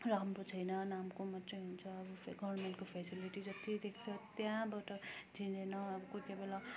राम्रो छैन नामको मात्रै हुन्छ अब गभर्मेन्टको फेसिलिटी जति त्यति छ त्यहाँबाट दिँदैन अब कोही कोही बेला